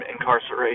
incarceration